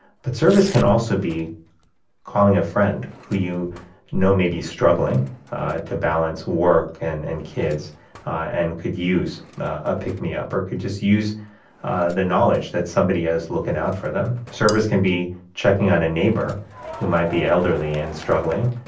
but service can also be calling a friend who you know may be struggling to balance work and and kids and could use a pick-me-up or could just use the knowledge that somebody is looking out for them. service can be checking on a neighbor who might be elderly and struggling.